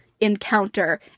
encounter